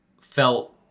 felt